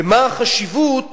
ומה החשיבות